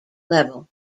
level